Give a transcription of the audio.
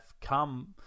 come